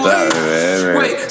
Wait